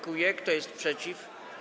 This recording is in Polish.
Kto jest przeciw?